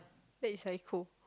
that is like cold